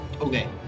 Okay